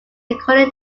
according